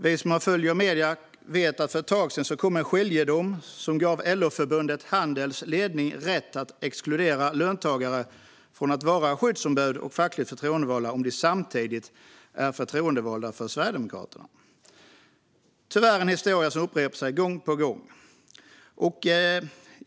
Vi som följer detta i medierna vet att för ett tag sedan kom en skiljedom som gav LO-förbundet Handels ledning rätt att exkludera löntagare från att vara skyddsombud och fackligt förtroendevalda om de samtidigt är förtroendevalda för Sverigedemokraterna. Detta är tyvärr en historia som upprepar sig gång på gång.